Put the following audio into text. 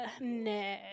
no